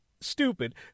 stupid